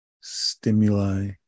stimuli